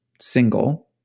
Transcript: single